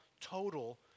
total